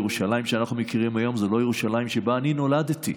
ירושלים שאנחנו מכירים היום זו לא ירושלים שבה אני נולדתי,